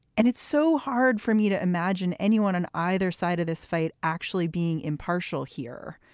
and it's so hard for me to imagine anyone on either side of this fight actually being impartial here.